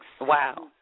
Wow